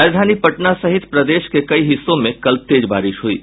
राजधानी पटना सहित प्रदेश के कई हिस्सों में कल तेज बारिश हुयी